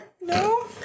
No